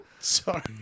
Sorry